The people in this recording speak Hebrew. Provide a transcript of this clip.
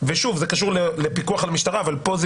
ושוב זה קשור לפיקוח על המשטרה אבל פה זה